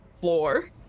floor